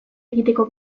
egiteko